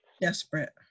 desperate